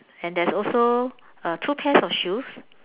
and there's also two pairs of shoes